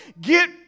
get